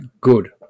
good